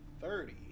thirty